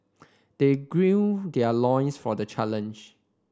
they their loins for the challenge